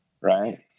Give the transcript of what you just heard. Right